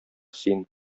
син